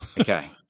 Okay